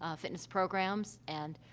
ah fitness programs, and,